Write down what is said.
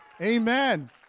Amen